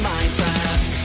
Minecraft